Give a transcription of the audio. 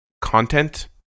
content